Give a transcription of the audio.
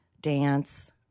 dance